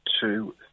two